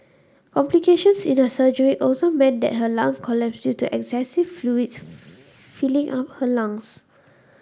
complications in her surgery also meant that her lung collapsed due to excessive fluid filling up her lungs